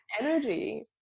energy